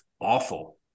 awful